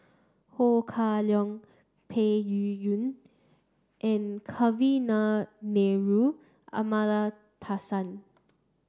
Ho Kah Leong Peng Yuyun and Kavignareru Amallathasan